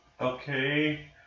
okay